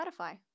spotify